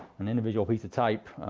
an individual piece of type,